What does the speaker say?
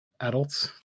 adults